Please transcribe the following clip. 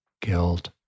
guilt